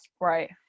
Right